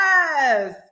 Yes